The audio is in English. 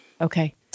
Okay